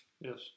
Yes